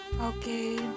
Okay